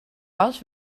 was